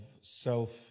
self